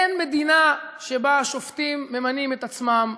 אין מדינה שבה השופטים ממנים את עצמם.